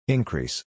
Increase